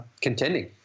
contending